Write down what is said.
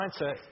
mindset